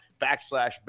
backslash